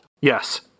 yes